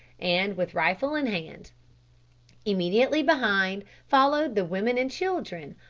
and with rifle in hand immediately behind followed the women and children,